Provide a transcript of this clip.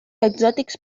exòtics